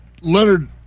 Leonard